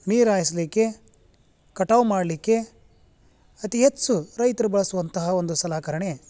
ನೀರು ಹಾಯ್ಸ್ಲಿಕ್ಕೆ ಕಟಾವು ಮಾಡಲಿಕ್ಕೆ ಅತಿ ಹೆಚ್ಚು ರೈತರು ಬಳಸುವಂತಹ ಒಂದು ಸಲಕರಣೆ